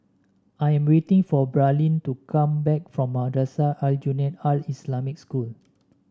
I am waiting for Braelyn to come back from Madrasah Aljunied Al Islamic School